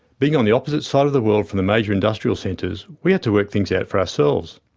being on the opposite side of the world from the major industrial centres, we had to work things out for ourselves.